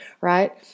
right